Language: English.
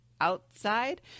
outside